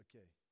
Okay